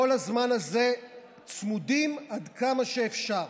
כל הזמן הזה צמודים עד כמה שאפשר.